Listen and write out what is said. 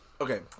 okay